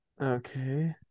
Okay